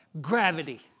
Gravity